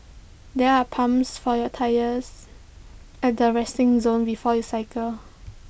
there are pumps for your tyres at the resting zone before you cycle